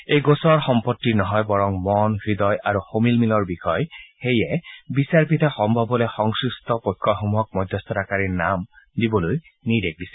এই গোচৰ সম্পত্তিৰ নহয় বৰং মন হৃদয় আৰু সমিলমিলৰ বিষয় সেয়ে বিচাৰপীঠে সম্ভৱস্থলত সংশ্লিষ্ট পক্ষসমূহক মধ্যস্থতাকাৰীৰ নাম দিবলৈ নিৰ্দেশ দিছিল